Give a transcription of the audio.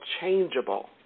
changeable